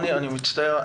אני מצטער.